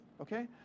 Okay